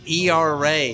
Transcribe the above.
ERA